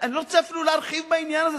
אני לא רוצה אפילו להרחיב בעניין הזה.